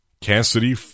Cassidy